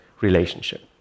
relationship